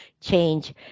change